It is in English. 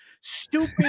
stupid